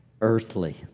earthly